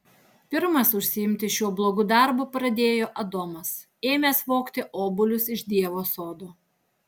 pirmas užsiimti šiuo blogu darbu pradėjo adomas ėmęs vogti obuolius iš dievo sodo